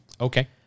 Okay